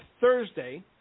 Thursday